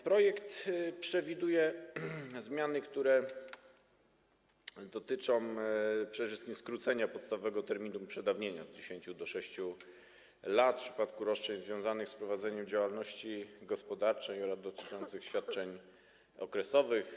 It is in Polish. Projekt przewiduje zmiany, które dotyczą przede wszystkim skrócenia podstawowego terminu przedawnienia z 10 do 6 lat w przypadku roszczeń związanych z prowadzeniem działalności gospodarczej oraz dotyczących świadczeń okresowych.